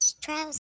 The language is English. Trousers